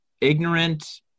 ignorant